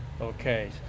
Okay